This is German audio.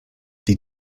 die